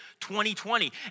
2020